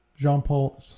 Jean-Paul